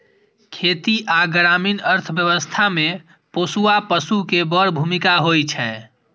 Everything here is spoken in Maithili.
खेती आ ग्रामीण अर्थव्यवस्था मे पोसुआ पशु के बड़ भूमिका होइ छै